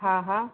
હા હા